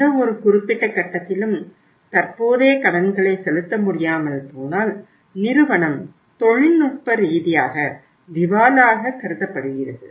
எந்தவொரு குறிப்பிட்ட கட்டத்திலும் தற்போதைய கடன்களை செலுத்த முடியாமல் போனால் நிறுவனம் தொழில்நுட்ப ரீதியாக திவாலாக கருதப்படுகிறது